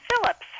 Phillips